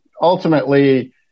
ultimately